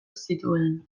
zituen